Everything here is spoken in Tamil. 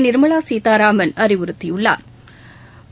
நிா்மவா சீதாராமன் அறிவுறுத்தியுள்ளாா்